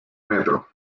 metro